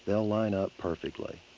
they'll line up perfectly.